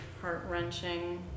heart-wrenching